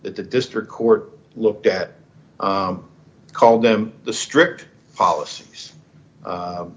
that the district court looked at called them the strict policies